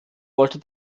wollte